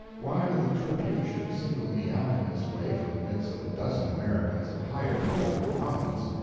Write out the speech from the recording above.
why the tribune should single me out in this way from the midst of a dozen americans of higher political prominence,